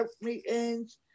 meetings